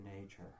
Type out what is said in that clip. nature